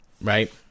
Right